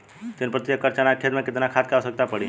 तीन प्रति एकड़ चना के खेत मे कितना खाद क आवश्यकता पड़ी?